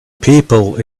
people